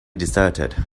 deserted